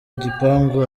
igipangu